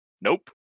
Nope